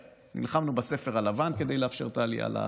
נלחמנו בספר הלבן כדי לאפשר את העלייה לארץ,